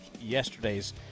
yesterday's